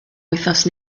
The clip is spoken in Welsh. wythnos